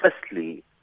Firstly